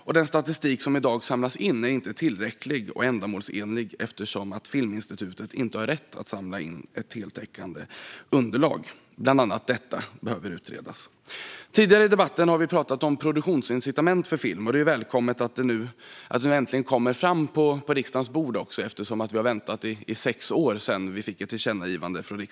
Men den statistik som i dag samlas in är inte tillräcklig och ändamålsenlig eftersom Filminstitutet inte har rätt att samla in ett heltäckande underlag. Bland annat detta behöver utredas. Tidigare i debatten har det pratats om produktionsincitament för film, och det är välkommet att ett sådant förslag nu läggs på riksdagens bord eftersom vi har väntat i sex år sedan riksdagens tillkännagivande.